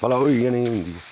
भला होई जां नेईं होंदी